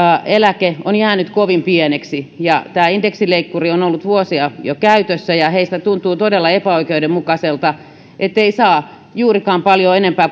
eläke on jäänyt kovin pieneksi tämä indeksileikkuri on ollut vuosia jo käytössä ja heistä tuntuu todella epäoikeudenmukaiselta ettei saa juurikaan paljon enempää